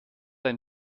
ein